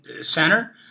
center